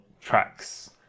tracks